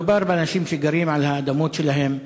מדובר באנשים שגרים על האדמות שלהם,